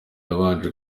babanje